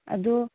ꯑꯗꯣ